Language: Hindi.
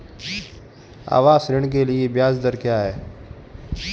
आवास ऋण के लिए ब्याज दर क्या हैं?